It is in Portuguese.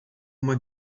uma